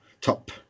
top